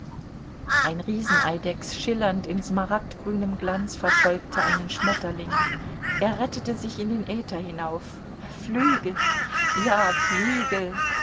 ein rieseneidechs schillernd in smaragdgrünem glanz verfolgte einen schmetterling er rettete sich in den äther hinauf flügel ja flügel